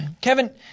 Kevin